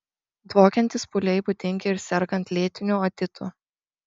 dvokiantys pūliai būdingi ir sergant lėtiniu otitu